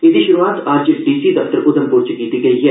एह्दी श्रुआत अज्ज डीसी दफ्तर उधमप्र च कीती गेई ऐ